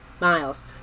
miles